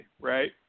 right